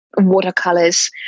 watercolors